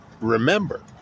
remember